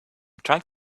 trying